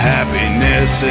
Happiness